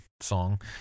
song